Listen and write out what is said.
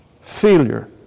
failure